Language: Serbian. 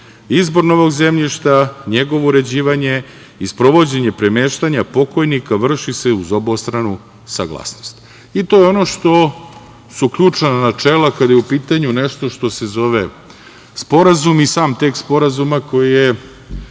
novog zemljišta, njegovo uređivanje i sprovođenje premeštanja pokojnika vrši se uz obostranu saglasnost. I to je ono što su ključna načela kada je u pitanju nešto što se zove Sporazum i sam tekst Sporazuma koji je